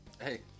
Hey